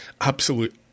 absolute